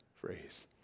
phrase